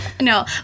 No